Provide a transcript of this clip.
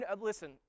listen